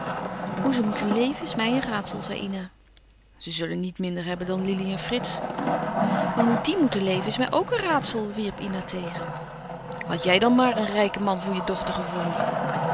hoe ze moeten leven is mij een raadsel zei ina ze zullen niet minder hebben dan lili en frits maar hoe die moeten leven is mij ook een raadsel wierp ina tegen hadt jij dan maar een rijken man voor je dochter gevonden